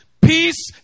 peace